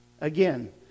Again